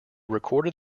recorded